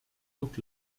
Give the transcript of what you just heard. look